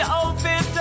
open